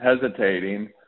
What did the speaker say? hesitating